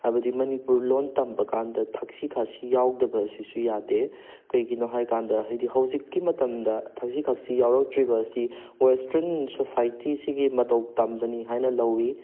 ꯍꯥꯏꯕꯗꯤ ꯃꯅꯤꯄꯨꯔ ꯂꯣꯟ ꯇꯝꯕ ꯀꯥꯟꯗ ꯊꯛꯁꯤ ꯈꯥꯁꯤ ꯌꯥꯎꯗꯕ ꯑꯁꯤꯁꯨ ꯌꯥꯗꯦ ꯀꯩꯒꯤꯅꯣ ꯍꯥꯏꯀꯥꯟꯗ ꯍꯥꯏꯗꯤ ꯍꯧꯖꯤꯛꯀꯤ ꯃꯇꯝꯗ ꯊꯛꯁꯤ ꯈꯥꯁꯤ ꯌꯥꯎꯔꯛꯇ꯭ꯔꯤꯕ ꯑꯁꯤ ꯋꯦꯁꯇ꯭ꯔꯟ ꯁꯣꯁꯥꯏꯇꯤꯁꯤꯒꯤ ꯃꯇꯧ ꯇꯝꯕꯅꯤ ꯍꯥꯏꯅ ꯂꯧꯋꯤ